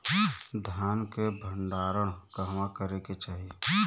धान के भण्डारण कहवा करे के चाही?